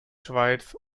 schweiz